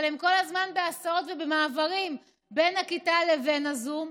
אבל הם כל הזמן בהסעות ובמעברים בין הכיתה לבין הזום.